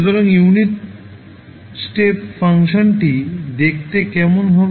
সুতরাং unit step ফাংশনটি দেখতে কেমন হবে